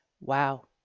wow